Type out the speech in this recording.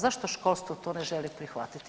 Zašto to školstvo to ne želi prihvatiti?